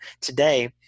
Today